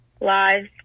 lives